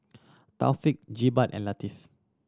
Taufik Jebat and Latif